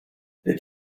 did